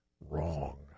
wrong